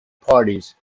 parties